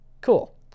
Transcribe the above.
cool